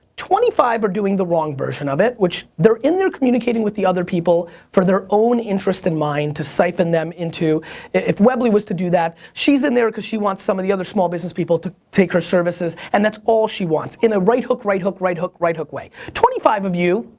twenty five are doing the wrong version of it. which they're in there communicating with the other people for their own interest in mind to siphon them into if webly was to do that, she's in there cause she wants some of the other small business people to take her services and that's all she wants in a right hook, right hook right hook, right hook way. twenty five of you,